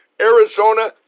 arizona